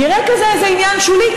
נראה עניין שולי,